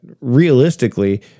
realistically